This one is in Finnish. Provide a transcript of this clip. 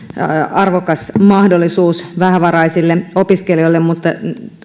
arvokas mahdollisuus vähävaraisille opiskelijoille mutta